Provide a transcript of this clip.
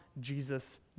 Jesus